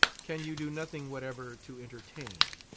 can you do nothing whatever to entertain?